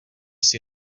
jsi